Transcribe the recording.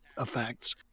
effects